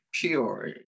pure